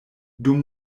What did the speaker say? dum